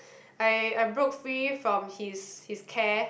I I broke free from his his care